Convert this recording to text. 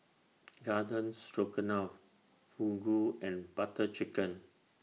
Garden Stroganoff Fugu and Butter Chicken